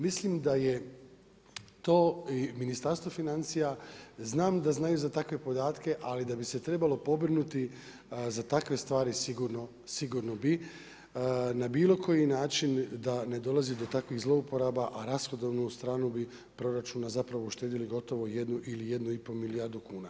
Mislim da je to i Ministarstvo financija, znam da znaju za takve podatke, ali da bi se trebalo pobrinuti za takve stvari, sigurno bi, na bilo koji način, da ne dolazi do takvih zlouporaba, a rashodovnu stranu proračuna zapravo uštedjeli gotovo 1 ili 1,5 milijardu kuna.